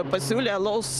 pasiūlė alaus